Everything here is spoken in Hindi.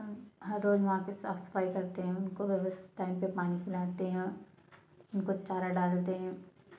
हर रोज़ वहाँ पर साफ़ सफ़ाई करते हैं उनको व्यवस्थित टाइम पर पानी पिलाते हैं उनको चारा डालते हैं